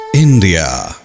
India